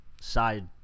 side